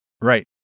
Right